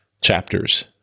chapters